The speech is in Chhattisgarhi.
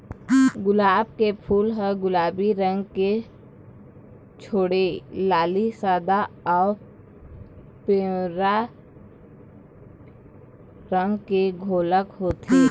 गुलाब के फूल ह गुलाबी रंग के छोड़े लाली, सादा अउ पिंवरा रंग के घलोक होथे